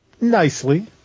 nicely